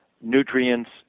nutrients